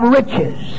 riches